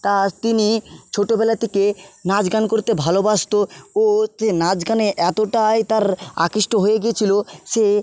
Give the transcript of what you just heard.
তা তিনি ছোটোবেলা থেকে নাচ গান করতে ভালোবাসতো ও তে নাচ গানে এতোটাই তার আকৃষ্ট হয়ে গেছিলো সে